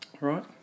right